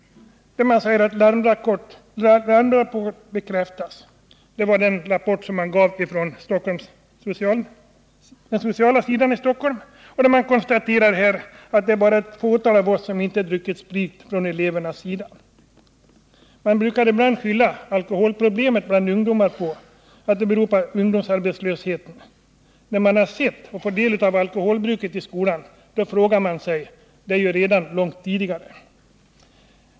Det heter att en larmrapport bekräftats, och man syftar då på en rapport från socialförvaltningen i Stockholm. Eleverna säger att det bara är ett fåtal som inte har druckit sprit. Ibland har man skyllt alkoholproblemet bland ungdomarna på ungdomsarbetslösheten. Eftersom man har konstaterat alkoholmissbruk i skolan, måste man säga att missbruket uppstått långt innan ungdomarna kommit ut i förvärvslivet.